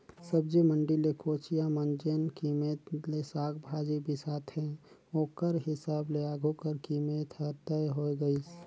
सब्जी मंडी ले कोचिया मन जेन कीमेत ले साग भाजी बिसाथे ओकर हिसाब ले आघु कर कीमेत हर तय होए गइस